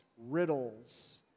riddles